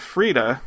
Frida